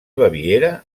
baviera